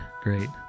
great